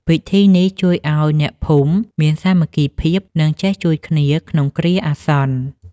ពិធីនេះជួយឱ្យអ្នកភូមិមានសាមគ្គីភាព និងចេះជួយគ្នាក្នុងគ្រាអាសន្ន។